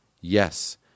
Yes